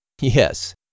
Yes